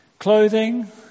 Clothing